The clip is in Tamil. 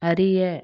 அறிய